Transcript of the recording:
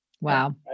Wow